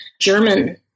German